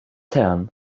tan